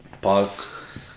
Pause